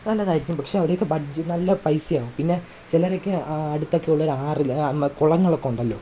നല്ലതായിരിക്കും പക്ഷെ അവിടെ ഒക്കെ ബട്ജ് നല്ല പൈസയാവും പിന്നെ ചിലവരൊക്കെ അടുത്തൊക്കെ ഉള്ള ഒരു ആറിൽ കുളങ്ങളൊക്കെ ഉണ്ടല്ലോ